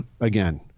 Again